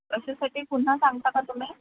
त्याच्यासाठी पुन्हा सांगता का तुम्ही